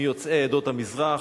מיוצאי עדות המזרח.